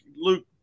Luke